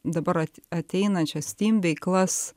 dabar at ateinančias steam veiklas